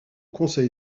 conseil